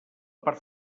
part